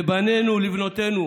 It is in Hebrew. לבנינו ולבנותינו,